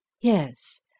Yes